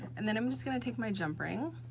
and then i'm just gonna take my jump ring,